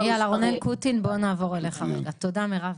יאללה רונן קוטין בואו נעבור אליך רגע, תודה מרב.